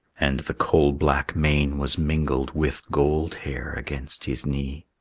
and the coal-black mane was mingled with gold hair against his knee.